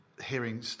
hearing